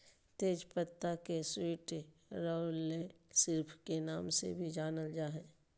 तेज पत्ता के स्वीट लॉरेल लीफ के नाम से भी जानल जा हइ